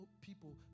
people